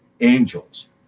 angels